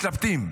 מתלבטים.